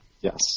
yes